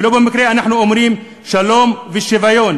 ולא במקרה אנחנו אומרים: שלום ושוויון,